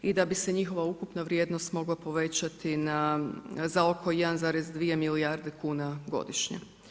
I da bi se njihova ukupna vrijednost mogla povećati na, za oko 1,2 milijarde kuna godišnje.